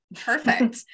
Perfect